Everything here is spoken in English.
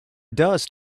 dust